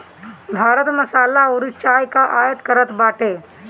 भारत मसाला अउरी चाय कअ आयत करत बाटे